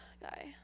guy